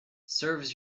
serves